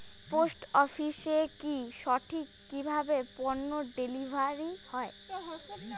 Post অফিসে কি সঠিক কিভাবে পন্য ডেলিভারি হয়?